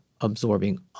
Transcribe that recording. absorbing